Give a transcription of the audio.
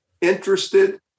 interested